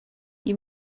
you